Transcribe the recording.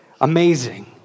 Amazing